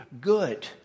good